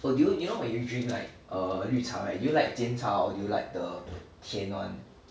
oh do you you know when you drink like uh 绿茶 right do you like 煎茶 or do you like the 甜 [one]